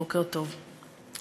בוקר טוב.